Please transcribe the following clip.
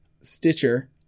Stitcher